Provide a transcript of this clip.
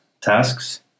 tasks